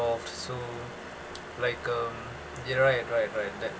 ~voled so like um you're right right right and